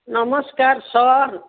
नमस्कार सर